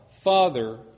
Father